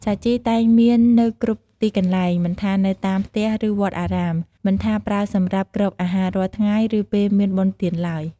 សាជីតែងមាននៅគ្រប់ទីកន្លែង មិនថានៅតាមផ្ទះឬវត្តអារាម មិនថាប្រើសម្រាប់គ្របអាហាររាល់ថ្ងៃ ឬពេលមានបុណ្យទានឡើយ។